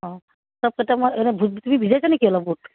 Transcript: অঁ চব তাতে মই এনেই বুট তুমি ভিজাইছা নেকি অলপ বুট